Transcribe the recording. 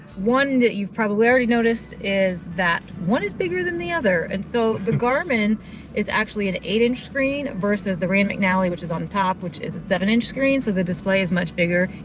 one that you've probably already noticed, is that one is bigger than the other. and so the garmin is actually an eight inch screen versus the rand mcnally, which is on the top, which is a seven inch screen. so the display is much bigger,